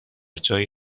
جایی